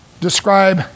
describe